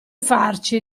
farci